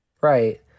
Right